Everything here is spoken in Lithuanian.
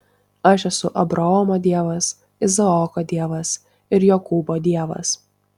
aš esu abraomo dievas izaoko dievas ir jokūbo dievas